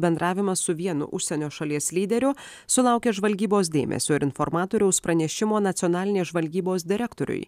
bendravimas su vienu užsienio šalies lyderiu sulaukė žvalgybos dėmesio ir informatoriaus pranešimo nacionalinės žvalgybos direktoriui